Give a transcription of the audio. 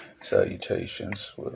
salutations